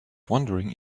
wondering